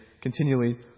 continually